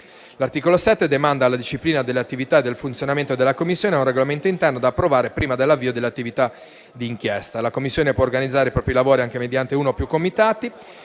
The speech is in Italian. L'articolo 7 demanda la disciplina delle attività e del funzionamento della Commissione a un regolamento interno da approvare prima dell'avvio dell'attività di inchiesta. La Commissione può organizzare i propri lavori anche mediante uno o più comitati;